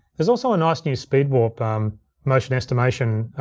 there's also a nice new speed warp um motion estimation